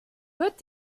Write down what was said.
wird